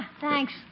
Thanks